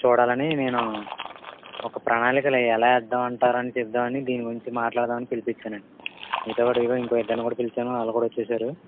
చూడాలని నేను ఒక ప్రణాళిక ఎలా వేద్దామంటారు అని చెప్దామని దీని గురించి మాట్లాడదామని పిలిపించానండి మీతోపాటు ఇంకోక ఇద్దరిని కూడా పిలిచాను వాళ్ళు కూడా వచ్చేసారు